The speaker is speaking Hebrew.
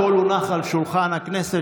הכול הונח על שולחן הכנסת.